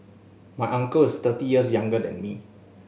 my uncle is thirty years younger than me